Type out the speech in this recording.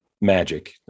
magic